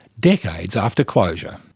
decades after closure.